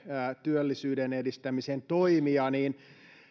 työllisyyden edistämisen toimia